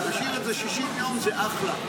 תשאיר את זה 60 יום, זה אחלה.